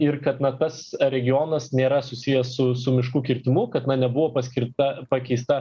ir kad na tas regionas nėra susijęs su su miškų kirtimu kad na nebuvo paskirta pakeista